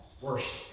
worship